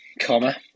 comma